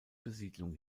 besiedlung